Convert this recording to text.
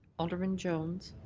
alderman jones.